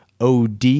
OD